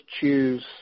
choose